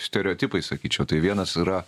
stereotipai sakyčiau tai vienas yra